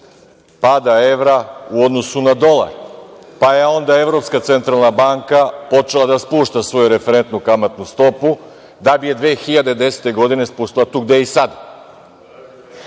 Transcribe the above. pada evra u odnosu na dolar, pa je onda Evropska centralna banka počela da spušta svoju referentnu kamatnu stopu da bi je 2010. godine spustila tu gde je i sada.